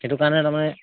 সেইটো কাৰণে তাৰ মানে